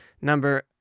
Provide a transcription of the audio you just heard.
number